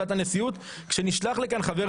העמדה העקרונית הזאת כאשר היא באה לבטא גם את עמדת